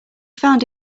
found